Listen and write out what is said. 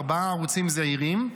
ארבעה ערוצים זעירים,